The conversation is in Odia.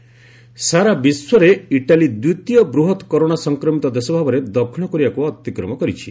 ଇଟାଲୀ କରୋନା ସାରା ବିଶ୍ୱରେ ଇଟାଲୀ ଦ୍ୱିତୀୟ ବୃହତ୍ କରୋନା ସଂକ୍ରମିତ ଦେଶ ଭାବରେ ଦକ୍ଷିଣ କୋରିଆକୁ ଅତିକ୍ରମ କରିଛି